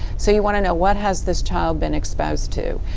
so you want to know what has this child been exposed to.